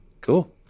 Cool